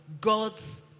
God's